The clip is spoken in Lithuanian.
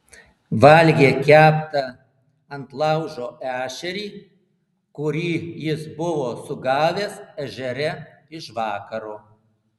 valgė keptą ant laužo ešerį kurį jis buvo sugavęs ežere iš vakaro